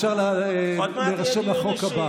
אפשר להירשם לחוק הבא.